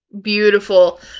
Beautiful